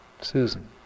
Susan